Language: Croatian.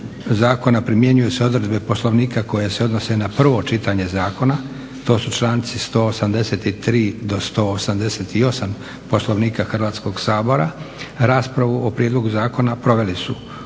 zakona primjenjuju se odredbe Poslovnika koje se odnose na prvo čitanje zakona, to su članci 183. do 188. Poslovnika Hrvatskog sabora. Raspravu o prijedlogu zakona proveli su Odbor